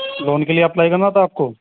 loan کے لیے apply کرنا تھا آپ کو